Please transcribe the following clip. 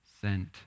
sent